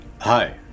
Hi